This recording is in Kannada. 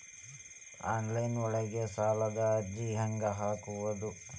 ಆನ್ಲೈನ್ ಒಳಗ ಸಾಲದ ಅರ್ಜಿ ಹೆಂಗ್ ಹಾಕುವುದು?